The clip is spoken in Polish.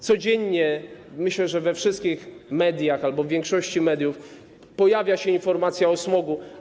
Codziennie - myślę, że we wszystkich mediach albo w większości mediów - pojawia się informacja o smogu.